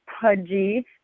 pudgy